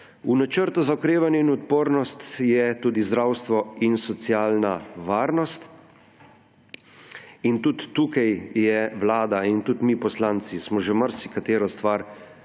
V Načrtu za okrevanje in odpornost sta tudi zdravstvo in socialna varnost. Tudi tukaj je vlada in tudi mi poslanci smo že marsikatero stvar